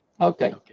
Okay